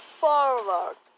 forward